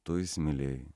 tu įsimylėjai